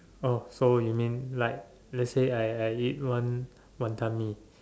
oh so you mean like let's say I I eat one Wanton-Mee